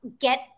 get